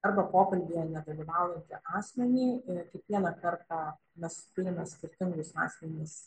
arba pokalbyje nedalyvaujantį asmenį kiekvieną kartą mes turime skirtingus asmenis